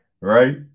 right